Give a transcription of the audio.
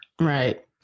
Right